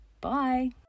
Bye